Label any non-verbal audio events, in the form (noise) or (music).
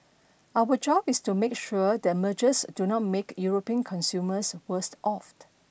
our job is to make sure that mergers do not make European consumers worse (unintelligible)